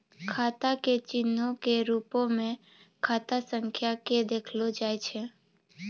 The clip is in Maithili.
खाता के चिन्हो के रुपो मे खाता संख्या के देखलो जाय छै